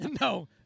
No